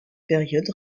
période